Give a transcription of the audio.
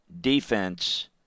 defense